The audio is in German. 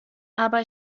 aber